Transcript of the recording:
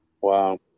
Wow